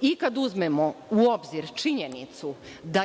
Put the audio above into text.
i kada uzmemo u obzir činjenicu da